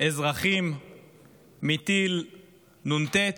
אזרחים מטיל נ"ט.